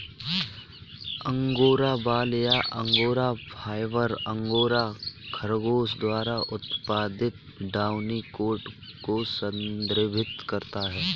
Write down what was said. angora बाल या angora fibre, angora खरगोश द्वारा उत्पादित डाउनी कोट को संदर्भित करता है